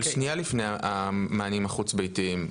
אבל שנייה, לפני המענים החוץ ביתיים.